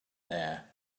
air